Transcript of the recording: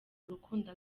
urukundo